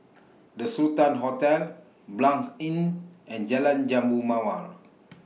The Sultan Hotel Blanc Inn and Jalan Jambu Mawar